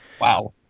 Wow